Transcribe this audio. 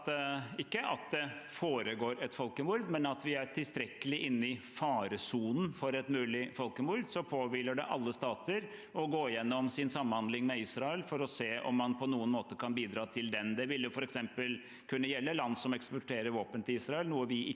fast at det foregår et folkemord, men at vi er tilstrekkelig inne i faresonen for et mulig folkemord. Derfor påhviler det alle stater å gå gjennom sin samhandling med Israel for å se om man på noen måte kan bidra. Det ville f.eks. kunne gjelde land som eksporterer våpen til Israel, noe vi ikke gjør.